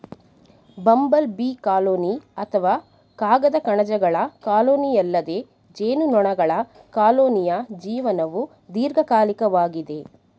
bumble bee colony ಅಥವಾ ಕಾಗದ ಕಣಜಗಳ ಕಾಲೋನಿಯಲ್ಲದೆ ಜೇನುನೊಣಗಳ ಕಾಲೋನಿಯ ಜೀವನವು ದೀರ್ಘಕಾಲಿಕವಾಗಿದೆ